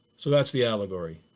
so that's the allegory.